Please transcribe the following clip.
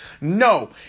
no